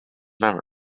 memory